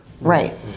Right